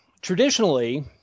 traditionally